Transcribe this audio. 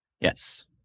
Yes